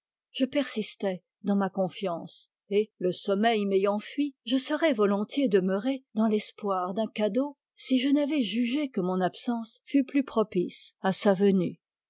je persistais dans ma confiance et le sommeil m'ayant fui j e serais volontiers demeuré dans l'espoir d'un cadeau si je n'avais jugé que mon absence fût plus propice à sa venue